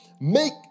make